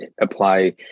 apply